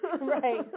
right